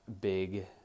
big